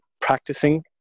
practicing